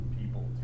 people